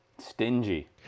Stingy